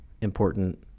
important